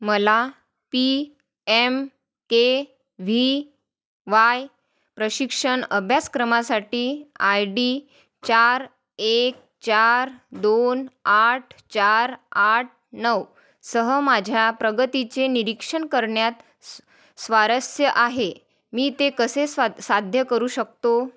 मला P M K V Y प्रशिक्षण अभ्यासक्रमासाठी आय डी चार एक चार दोन आठ चार आठ नऊ सह माझ्या प्रगतीचे निरीक्षण करण्यात स्वारस्य आहे मी ते कसे स्वा साध्य करू शकतो